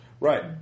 Right